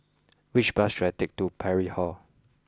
which bus should I take to Parry Hall